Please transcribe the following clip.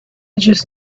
just